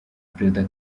perezida